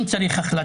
אם צריך,